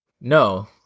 No